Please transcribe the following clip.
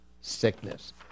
sickness